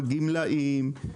גמלאים.